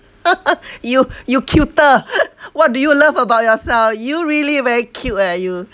you you cuter what do you love about yourself you really very cute eh you